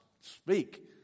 speak